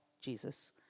Jesus